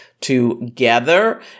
together